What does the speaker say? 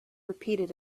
repeated